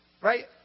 Right